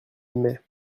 aimait